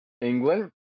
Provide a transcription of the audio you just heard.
England